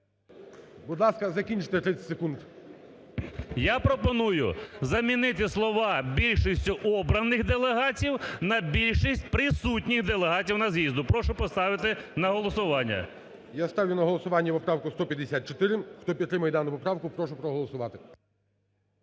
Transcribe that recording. Будь ласка, закінчити 30 секунд. КУПРІЄНКО О.В. Я пропоную замінити слова "більшістю обраних делегатів" на "більшість присутніх делегатів на з'їзді". Прошу поставити на голосування. ГОЛОВУЮЧИЙ. Я ставлю на голосування поправку 154. Хто підтримує дану поправку, прошу проголосувати.